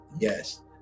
Yes